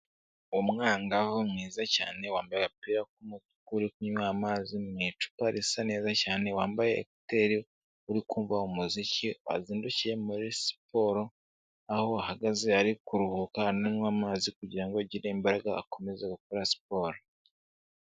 Umwangavu mwiza cyane wambaye agapira uri kunywa amazi mu icupa risa neza cyane wambaye eteri uri kumva umuziki azindukiye muri siporo aho ahagaze ari kuruhuka anywa amazi kugirango agire imbaraga akomeza gukora siporo.